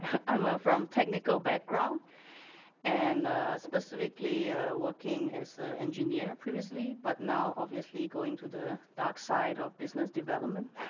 and i'm ah from technical background and specifically working as an engineer previously but now obviously going to the dark side of business development.